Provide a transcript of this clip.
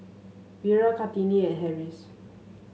Wira Kartini and Harris